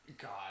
god